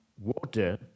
water